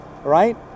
Right